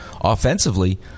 offensively